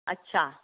अच्छा